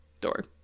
door